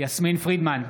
יסמין פרידמן,